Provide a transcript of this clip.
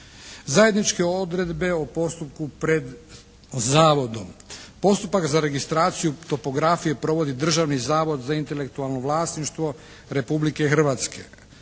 Zajedničke odredbe o postupku pred zavodom. Postupak za registraciju topografije provodi Državni zavod za intelektualno vlasništvo Republike Hrvatske.